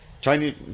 Chinese